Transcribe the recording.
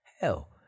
Hell